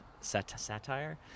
satire